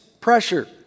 pressure